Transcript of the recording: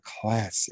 classic